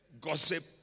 gossip